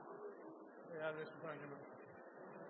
og jeg har